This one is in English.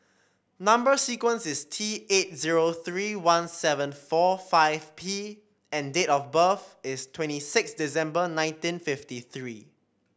number sequence is T eight zero three one seven four five P and date of birth is twenty six December nineteen fifty three